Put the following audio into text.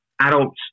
adults